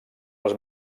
els